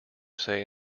say